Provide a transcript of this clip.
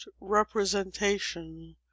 representation